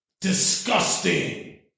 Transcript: disgusting